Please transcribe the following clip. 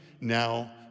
now